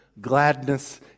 gladness